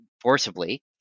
forcibly